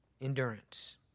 Endurance